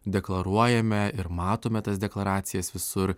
deklaruojame ir matome tas deklaracijas visur